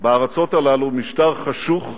בארצות הללו משטר חשוך,